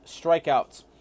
strikeouts